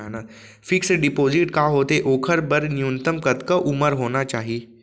Fix deposit का होथे ओखर बर न्यूनतम कतका उमर होना चाहि?